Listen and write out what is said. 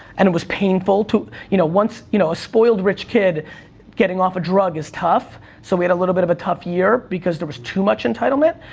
and it was painful. you know, once, you know, a spoiled, rich kid getting off a drug is tough, so we had a little bit of a tough year, because there was too much entitlement.